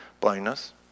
blindness